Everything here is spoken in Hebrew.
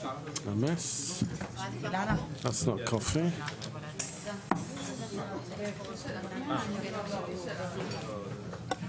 15:30 ונתחדשה בשעה 17:12.)